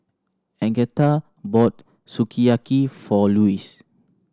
Agatha bought Sukiyaki for Lewis